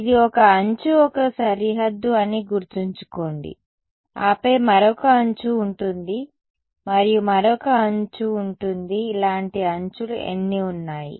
ఇది ఒక అంచు ఒక సరిహద్దు అని గుర్తుంచుకోండి ఆపై మరొక అంచు ఉంటుంది మరియు మరొక అంచు ఉంటుంది ఇలాంటి అంచులు ఎన్ని ఉన్నాయి